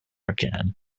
again